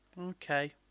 Okay